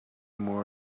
more